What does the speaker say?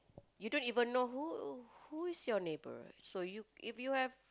you don't even know who who is your neighbour so you if you have